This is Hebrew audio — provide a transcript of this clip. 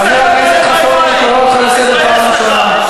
חבר הכנסת חסון, אני קורא אותך לסדר פעם ראשונה.